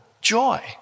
joy